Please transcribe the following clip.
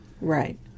Right